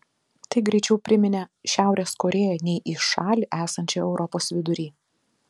tai greičiau priminė šiaurės korėją nei į šalį esančią europos vidury